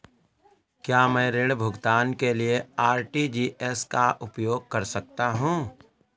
क्या मैं ऋण भुगतान के लिए आर.टी.जी.एस का उपयोग कर सकता हूँ?